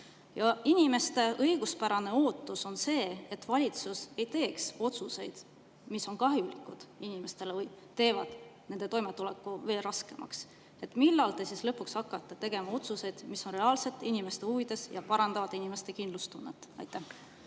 Inimeste õiguspärane ootus on see, et valitsus ei tee otsuseid, mis on kahjulikud inimestele või teevad nende toimetuleku veel raskemaks. Millal te lõpuks hakkate tegema otsuseid, mis on reaalselt inimeste huvides ja parandavad inimeste kindlustunnet? Aitäh!